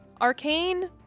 Arcane